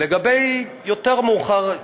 לגבי יותר מאוחר,